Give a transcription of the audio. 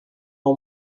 uma